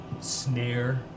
snare